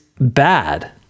bad